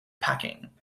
packing